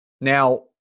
Now